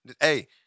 Hey